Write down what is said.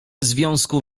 związku